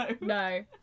No